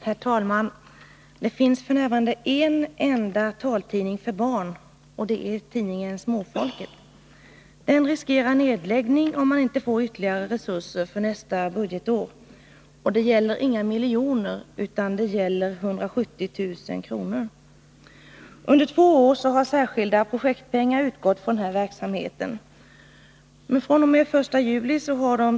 Herr talman! Det finns f.n. en enda taltidning för barn, och det är tidningen Småfolket. Den riskerar nedläggning om man inte får ytterligare resurser för nästa budgetår. Det gäller inga miljoner utan 170 000 kr. Under två år har särskilda projektpengar utgått för den här verksamheten.